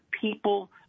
people